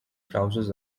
trousers